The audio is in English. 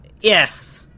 yes